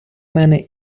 мене